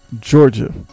Georgia